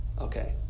okay